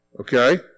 Okay